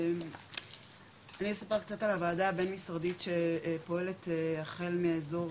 אני אספר קצת על הוועדה הבין-משרדית שפועלת החל מאזור